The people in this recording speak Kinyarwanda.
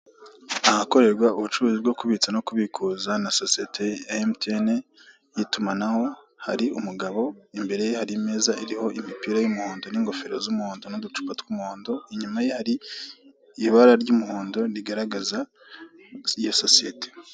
Ahakorerwa ubucuruzi bwo kubitsa no kubikuza na sosiyete ya MTN y'itumanaho, hari umugabo imbere ye hari imeza iriho imipira y'umuhondo n'ingofero z'umuhondo n'uducupa tw'umuhondo, inyuma ye hari ibara ry'umuhondo rigaragaza iyo sosiyete.